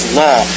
law